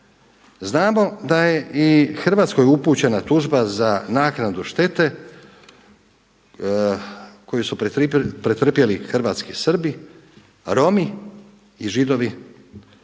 znamo da je i Hrvatskoj upućena tužba za naknadu štetu koju su pretrpjeli hrvatski Srbi, Romi i Židovi